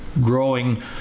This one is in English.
growing